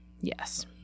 yes